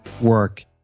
work